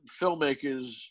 filmmakers